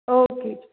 okay